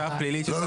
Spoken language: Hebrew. --- פלילית --- לא,